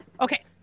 okay